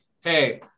hey